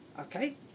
Okay